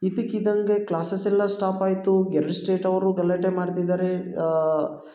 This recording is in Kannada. ಇದ್ದಕ್ಕಿದ್ದಂಗೆ ಕ್ಲಾಸಸ್ ಎಲ್ಲ ಸ್ಟಾಪ್ ಆಯಿತು ಎರಡು ಸ್ಟೇಟ್ ಅವರೂ ಗಲಾಟೆ ಮಾಡ್ತಿದ್ದಾರೆ